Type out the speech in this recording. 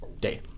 Day